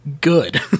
good